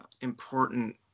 important